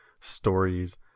stories